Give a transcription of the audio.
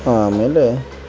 ಆಮೇಲೆ